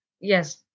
Yes